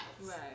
Right